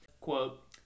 quote